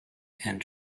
and